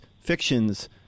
fictions